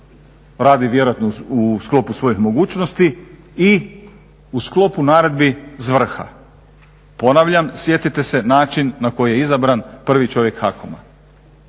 radi vjerojatno u sklopu svojih mogućnosti i u sklopu naredbi s vrha. Ponavljam, sjetite se način na koji je izabran prvi čovjek HAKOM-a.